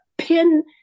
Pin